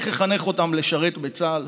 איך אחנך אותם לשרת בצה"ל?